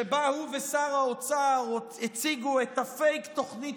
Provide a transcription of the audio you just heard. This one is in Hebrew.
שבה הוא ושר האוצר הציגו את הפייק-תוכנית